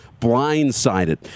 Blindsided